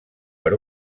per